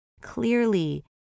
Clearly